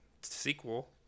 sequel